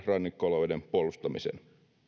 rannikkoalueiden puolustamiseen